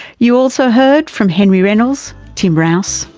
you also heard from henry reynolds, tim rowse,